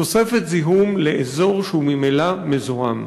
תוספת זיהום לאזור שהוא ממילא מזוהם,